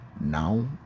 Now